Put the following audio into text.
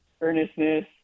earnestness